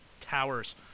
towers